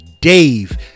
Dave